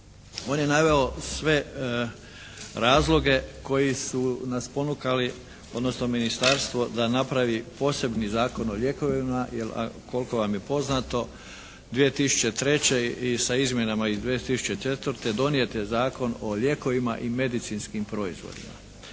On je naveo sve razloge koji su nas ponukali, odnosno ministarstvo da napravi posebni Zakon o lijekovima, jer koliko vam je poznato 2003. sa izmjenama iz 2004. donijet je Zakon o lijekovima i medicinskim proizvodima.